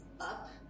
up